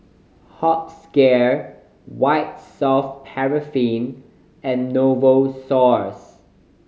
hospicare White Soft Paraffin and Novosource